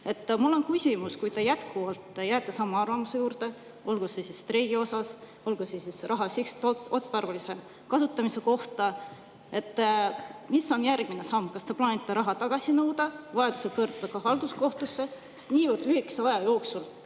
Mul on küsimus: kui te jätkuvalt jääte samale arvamusele, olgu see siis streigi kohta, olgu see siis raha sihtotstarbelise kasutamise kohta, siis mis on järgmine samm? Kas te plaanite raha tagasi nõuda, vajadusel pöörduda halduskohtusse? Niivõrd lühikese aja jooksul